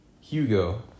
Hugo